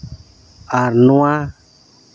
ᱟᱨ ᱱᱚᱣᱟ